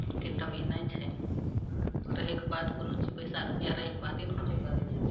तऽ अभी नहि छै रहयके बाद कोनो चीज पैसा रुपैआ रहयके बादे ने कुछो करय छै